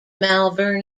malvern